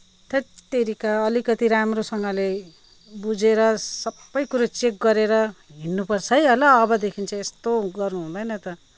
हत्तेरीका अलिकति राम्रोसँगले बुझेर सबै कुरो चेक गरेर हिँड्नु पर्छ है ल अबदेखि चाहिँ यस्तो गर्नु हुँदैन त थेत्